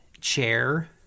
chair